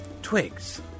Twigs